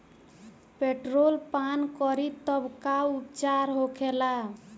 Petrol पान करी तब का उपचार होखेला?